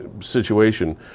Situation